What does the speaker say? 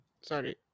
Sorry